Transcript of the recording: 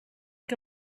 que